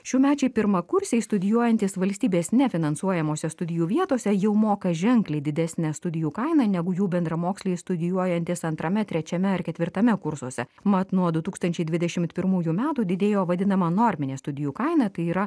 šiųmečiai pirmakursiai studijuojantys valstybės nefinansuojamose studijų vietose jau moka ženkliai didesnę studijų kainą negu jų bendramoksliai studijuojantys antrame trečiame ar ketvirtame kursuose mat nuo du tūkstančiai dvidešimt pirmųjų metų didėjo vadinama norminė studijų kaina tai yra